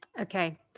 Okay